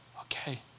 Okay